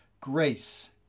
grace